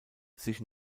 sich